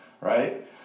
Right